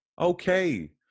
okay